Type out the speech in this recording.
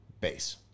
base